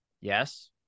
yes